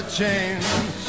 change